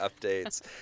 updates